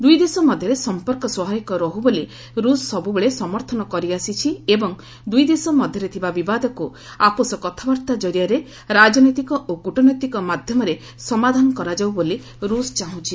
ଦୁଇ ଦେଶ ମଧ୍ୟରେ ସମ୍ପର୍କ ସ୍ୱାଭାବିକ ରହୁ ବୋଲି ରୁଷ୍ ସବୁବେଳେ ସମର୍ଥନ କରିଆସିଛି ଏବଂ ଦୁଇ ଦେଶ ମଧ୍ୟରେ ଥିବା ବିବାଦକୁ ଆପୋଷ କଥାବାର୍ତ୍ତା କରିଆରେ ରାଜନୈତିକ ଓ କ୍ରଟନୈତିକ ମାଧ୍ୟମରେ ସମାଧାନ କରାଯାଉ ବୋଲି ରୁଷ୍ ଚାହୁଁଛି